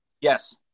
Yes